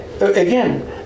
Again